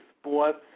sports